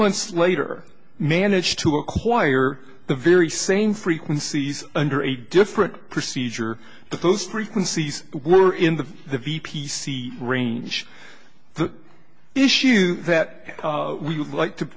months later managed to acquire the very same frequencies under a different procedure but those frequencies were in the the v p c range the issue that we would like to